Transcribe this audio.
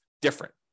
different